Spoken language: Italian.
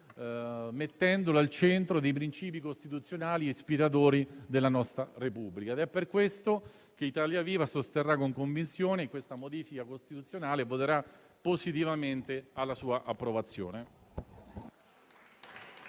mettendolo al centro dei principi costituzionali ispiratori della nostra Repubblica. È per questo che Italia Viva sosterrà con convinzione questa modifica costituzionale e voterà per la sua approvazione.